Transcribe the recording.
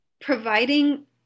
providing